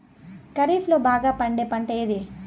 ఖరీఫ్ లో బాగా పండే పంట ఏది?